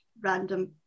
random